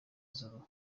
z’uruhu